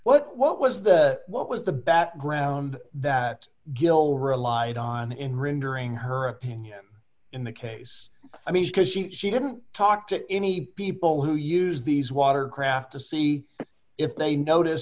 what what was the what was the background that gil relied on in rendering her opinion in the case i mean because she she didn't talk to any people who use these water craft to see if they notice